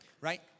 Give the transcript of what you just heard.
right